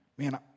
Man